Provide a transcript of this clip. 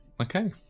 Okay